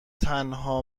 تنها